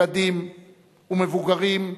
ילדים ומבוגרים,